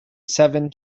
seven